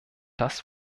das